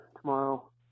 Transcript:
tomorrow